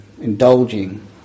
indulging